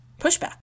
pushback